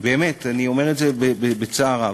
באמת, אני אומר את זה בצער רב,